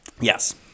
yes